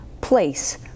place